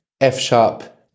F-sharp